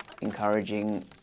encouraging